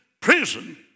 prison